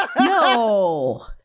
no